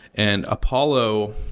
and apollo,